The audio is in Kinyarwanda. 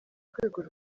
rwego